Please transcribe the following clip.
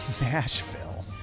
Nashville